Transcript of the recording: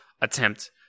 attempt